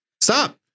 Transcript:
Stop